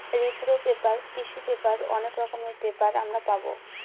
রিপ্র paper, tissue paper অনেক রকমের পেপার আমরা পাবো